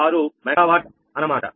6 megawatt అనమాట